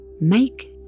make